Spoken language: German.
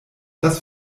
das